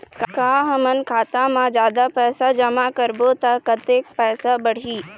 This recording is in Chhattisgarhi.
का हमन खाता मा जादा पैसा जमा करबो ता कतेक पैसा बढ़ही?